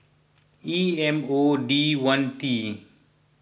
E M O D one T